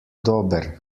dober